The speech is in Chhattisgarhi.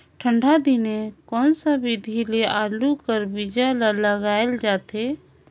ठंडा दिने कोन सा विधि ले आलू कर बीजा ल लगाल जाथे?